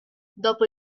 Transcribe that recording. dopo